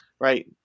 right